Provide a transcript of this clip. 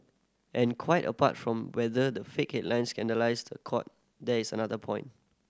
and quite apart from whether the fake headlines scandalise the Court there is another point